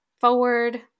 forward